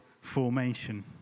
formation